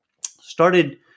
started